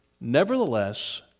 Nevertheless